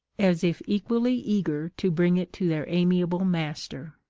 as if equally eager to bring it to their amiable master.